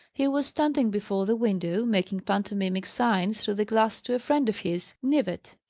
he was standing before the window, making pantomimic signs through the glass to a friend of his, knivett.